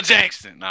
Jackson